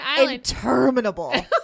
interminable